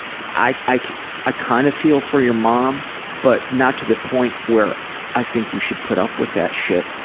i i ah kind of feel for your mom but not to the point where i think you should put up with that shit,